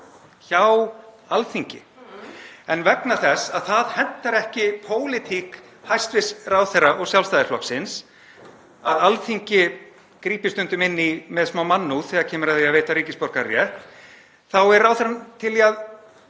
Hjá Alþingi. En vegna þess að það hentar ekki pólitík hæstv. ráðherra og Sjálfstæðisflokksins að Alþingi grípi stundum inn í með smá mannúð þegar kemur að því að veita ríkisborgararétt þá er ráðherrann til í